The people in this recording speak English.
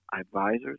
advisors